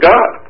God